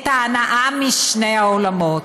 את ההנאה משני העולמות.